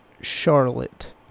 charlotte